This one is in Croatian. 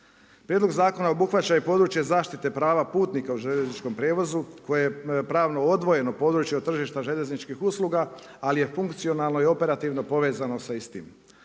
Prijedlog zakona obuhvaća i područje zaštite prava putnika u željezničkom prijevozu, koje je pravno odvojeno područje od tržišta željezničkih usluga, ali je funkcionalno i operativno povezano sa istim.